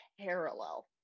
parallel